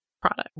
product